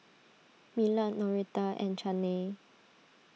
Millard Noretta and Chaney